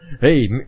Hey